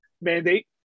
mandate